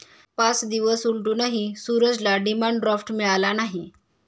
पाच दिवस उलटूनही सूरजला डिमांड ड्राफ्ट मिळाला नाही